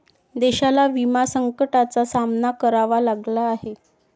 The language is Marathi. देशाला विमा संकटाचा सामना करावा लागला आहे